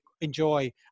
enjoy